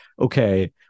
okay